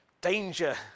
danger